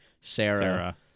Sarah